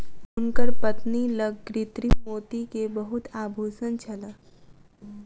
हुनकर पत्नी लग कृत्रिम मोती के बहुत आभूषण छल